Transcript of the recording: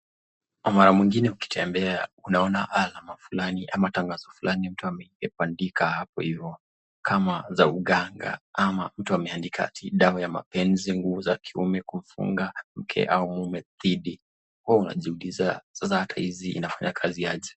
mara mingine ukitembea unaona alama fulani ama tangazo fulani mtu ameipandika hapo hivyo kama za uganga ama mtu ameandika dawa ya mapenzi, nguvu za kiume kumfunga mke au mume. We unajiuliza sasa hata hizi inafanya kazi?